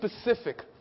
specific